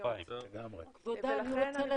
הכוונה היא לשים סייגים בפני שימוש.